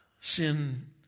Sin